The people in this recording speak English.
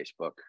facebook